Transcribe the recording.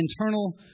internal